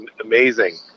amazing